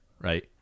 right